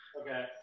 okay